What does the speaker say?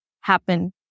happen